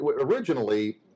originally